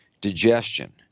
digestion